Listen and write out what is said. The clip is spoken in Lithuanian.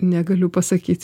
negaliu pasakyti